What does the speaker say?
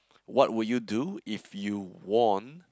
what would you do if you won